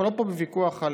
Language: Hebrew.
אנחנו פה לא בוויכוח על